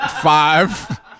five